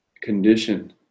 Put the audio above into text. condition